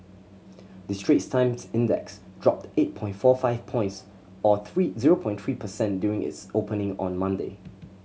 the Straits Times Index dropped eight point four five points or three zero point three percent during its opening on Monday